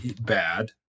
bad